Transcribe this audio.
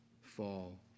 fall